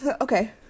okay